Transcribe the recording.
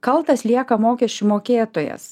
kaltas lieka mokesčių mokėtojas